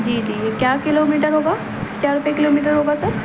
جی جی کیا kilometre ہوگا کیا روپئے کلو میٹر ہوگا سر